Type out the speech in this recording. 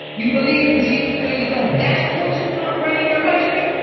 you believe in jesus, or you don't. that's what you want running your country?